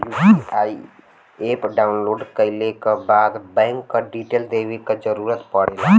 UPI app download कइले क बाद बैंक क डिटेल देवे क जरुरत पड़ेला